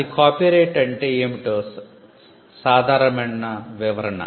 అది కాపీరైట్ అంటే ఏమిటో సాధారణమైన వివరణ